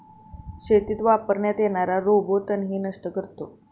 शेतीत वापरण्यात येणारा रोबो तणही नष्ट करतो